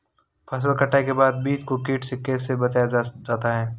फसल कटाई के बाद बीज को कीट से कैसे बचाया जाता है?